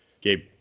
Gabe